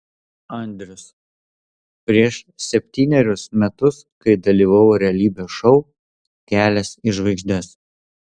andrius prieš septynerius metus kai dalyvavau realybės šou kelias į žvaigždes